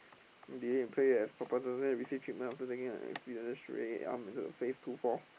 D_A in play as receive treatment after taking an in arm into the face two four